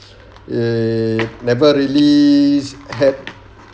he never really had